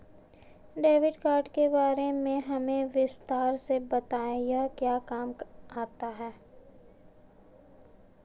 Debit card के बारे में हमें विस्तार से बताएं यह क्या काम आता है?